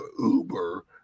Uber